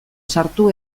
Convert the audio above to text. sartu